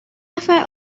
نفر